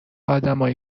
آدمایی